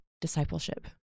discipleship